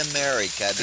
America